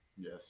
Yes